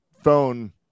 phone